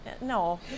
No